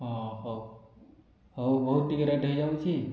ହଁ ହେଉ ହେଉ ବହୁତ ଟିକିଏ ରେଟ ହୋଇଯାଉଛି